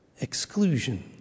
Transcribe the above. exclusion